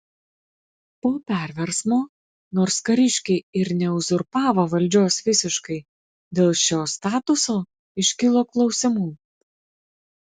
po perversmo nors kariškiai ir neuzurpavo valdžios visiškai dėl šio statuso iškilo klausimų